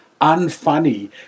unfunny